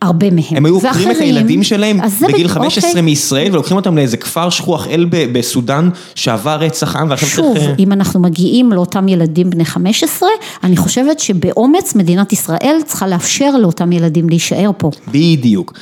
הרבה מהם. הם היו עוקרים את הילדים שלהם בגיל חמש עשרה מישראל ולוקחים אותם לאיזה כפר שכוח אל בסודאן שעבר רצח עם. שוב אם אנחנו מגיעים לאותם ילדים בני חמש עשרה אני חושבת שבאומץ מדינת ישראל צריכה לאפשר לאותם ילדים להישאר פה. בדיוק